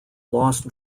lost